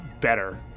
better